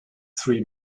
three